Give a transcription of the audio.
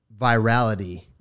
virality